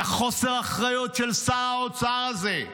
את חוסר האחריות של שר האוצר הזה.